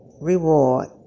reward